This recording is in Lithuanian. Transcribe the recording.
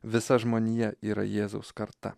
visa žmonija yra jėzaus karta